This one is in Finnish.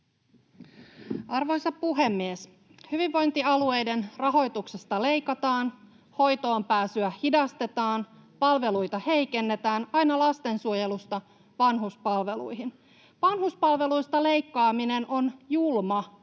Arvoisa puhemies, hyvinvointialueiden rahoituksesta leikataan, hoitoonpääsyä hidastetaan, palveluita heikennetään aina lastensuojelusta vanhuspalveluihin. Vanhuspalveluista leikkaaminen on julma